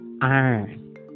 Iron